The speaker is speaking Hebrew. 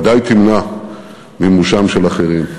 ודאי תמנע מימושם של אחרים.